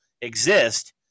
exist